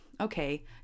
okay